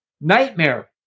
nightmare